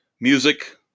Music